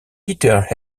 peter